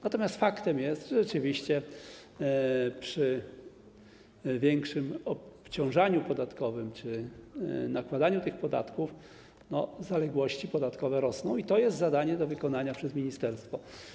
Natomiast faktem jest, że rzeczywiście przy większym obciążeniu podatkowym czy nakładaniu tych podatków zaległości podatkowe rosną, i to jest zadanie do wykonania dla ministerstwa.